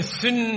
sin